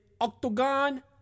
octagon